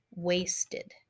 Wasted